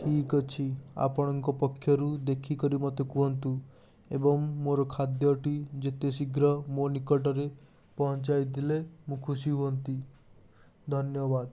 ଠିକ୍ ଅଛି ଆପଣଙ୍କ ପକ୍ଷରୁ ଦେଖିକରି ମୋତେ କୁହନ୍ତୁ ଏବଂ ମୋର ଖାଦ୍ୟଟି ଯେତେ ଶୀଘ୍ର ମୋ ନିକଟରେ ପହଞ୍ଚାଇଦେଲେ ମୁଁ ଖୁସିହୁଅନ୍ତି ଧନ୍ୟବାଦ